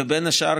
ובין השאר,